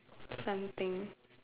something